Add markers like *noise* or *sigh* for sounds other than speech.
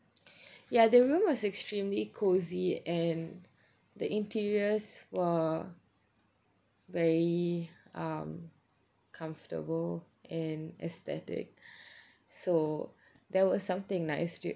ya the room was extremely cosy and the interiors were very um comfortable and aesthetic *breath* so that was something nice too